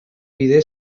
bide